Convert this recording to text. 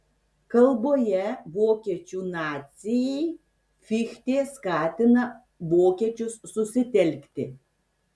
kalboje vokiečių nacijai fichtė skatina vokiečius susitelkti